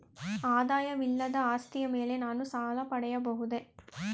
ಆದಾಯವಿಲ್ಲದ ಆಸ್ತಿಯ ಮೇಲೆ ನಾನು ಸಾಲ ಪಡೆಯಬಹುದೇ?